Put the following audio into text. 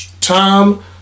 Tom